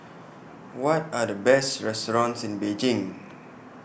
What Are The Best restaurants in Beijing